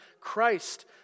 Christ